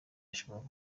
ashobora